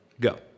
Go